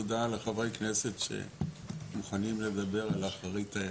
תודה לחברי הכנסת וליושב-ראש שמוכנים לדבר על אחרית הימים.